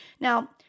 Now